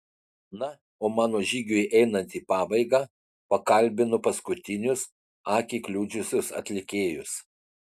na o mano žygiui einant į pabaigą pakalbinu paskutinius akį kliudžiusius atlikėjus